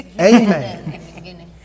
Amen